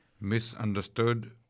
misunderstood